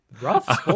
Rough